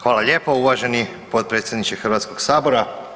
Hvala lijepo uvaženi potpredsjedniče Hrvatskog sabora.